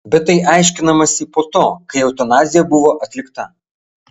bet tai aiškinamasi po to kai eutanazija buvo atlikta